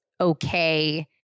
okay